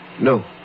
no